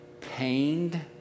pained